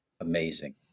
amazing